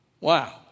Wow